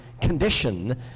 condition